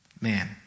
Man